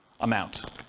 amount